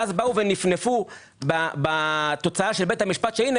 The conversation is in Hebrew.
ואז באו ונפנפו בתוצאה של בית המשפט שהנה,